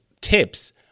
tips